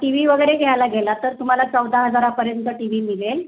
T V वगैरे घ्यायला गेला तर तुम्हाला चौदा हजारापर्यंत टी वी मिळेल